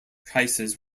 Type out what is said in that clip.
prices